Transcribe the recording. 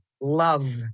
love